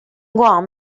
guam